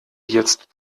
jetzt